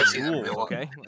okay